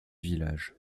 village